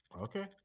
Okay